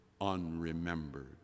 unremembered